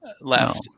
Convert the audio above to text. left